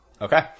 Okay